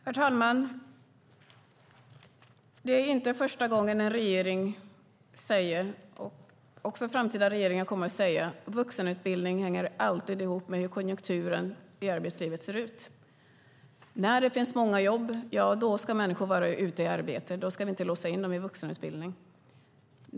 Herr talman! Det är inte första gången en regering säger att vuxenutbildning alltid hänger ihop med hur konjunkturen i arbetslivet ser ut. Också framtida regeringar kommer att säga det. När det finns många jobb ska människor vara i arbete. Då ska vi inte låsa in dem i vuxenutbildning.